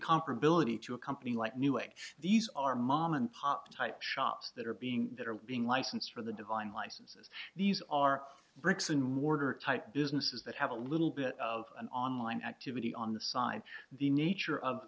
comparability to a company like newegg these are mom and pop type shops that are being that are being licensed for the divine licenses these are bricks and mortar type businesses that have a little bit of an online activity on the side the nature of